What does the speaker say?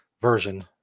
version